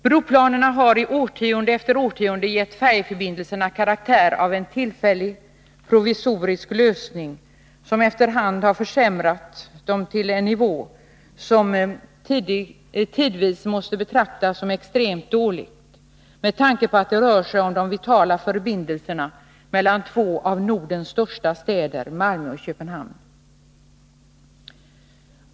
Broplanerna har i årtionde efter årtionde gett färjeförbindelserna karaktär av en tillfällig, provisorisk lösning, som efter hand har försämrat dem till en nivå som tidvis måste betraktas som extremt dålig med tanke på att det rör sig om de vitala förbindelserna mellan två av Nordens största städer, Malmö och Köpenhamn.